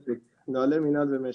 נוהלי מנהל ומשק.